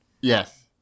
Yes